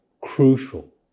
crucial